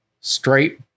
straight